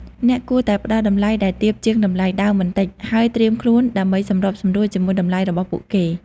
អ្នកគួរតែផ្តល់តម្លៃដែលទាបជាងតម្លៃដើមបន្តិច ហើយត្រៀមខ្លួនដើម្បីសម្របសម្រួលជាមួយតម្លៃរបស់ពួកគេ។